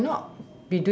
you cannot